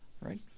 right